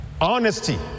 honesty